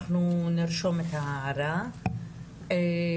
אנחנו נרשום את ההערה הזאת.